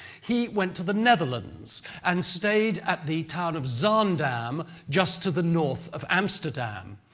he went to the netherlands and stayed at the town of zaandam just to the north of amsterdam.